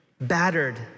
battered